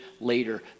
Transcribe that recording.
later